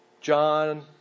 John